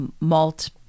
malt